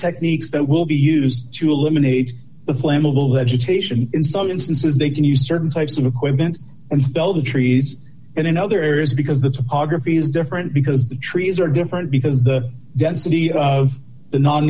techniques that will be used to eliminate the flammable education in some instances they can use certain types of equipment and tell the trees and in other areas because the topography is different because the trees are different because the density of the non